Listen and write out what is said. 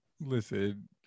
listen